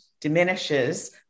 diminishes